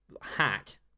hack